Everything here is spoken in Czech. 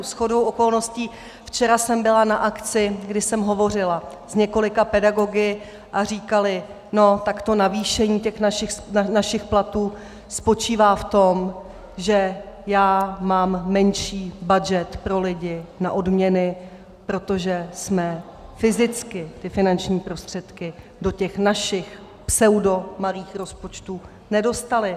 Shodou okolností včera jsem byla na akci, kdy jsem hovořila s několika pedagogy a říkali: no tak to navýšení našich platů spočívá v tom, že já mám menší budget pro lidi na odměny, protože jsme fyzicky ty finanční prostředky do těch našich pseudomalých rozpočtů nedostali.